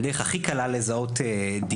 הדרך הכי קלה לזהות דירה,